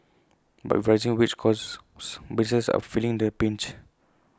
but with rising wage costs businesses are feeling the pinch